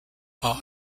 are